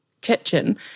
kitchen